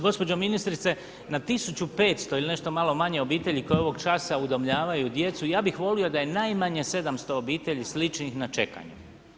Gospođo ministrice, na 1.500 ili nešto malo manje obitelji koje ovog časa udomljavaju djecu, ja bih volio da je najmanje 700 obitelji sličnih na čekanju.